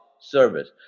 service